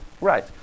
Right